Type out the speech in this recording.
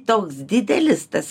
toks didelis tas